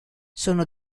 sono